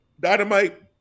Dynamite